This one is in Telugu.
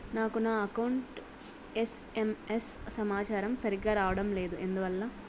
నాకు నా అకౌంట్ ఎస్.ఎం.ఎస్ సమాచారము సరిగ్గా రావడం లేదు ఎందువల్ల?